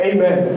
Amen